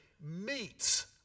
meets